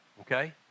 Okay